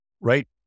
right